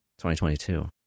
2022